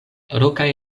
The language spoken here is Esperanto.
rokaj